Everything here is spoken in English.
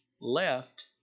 left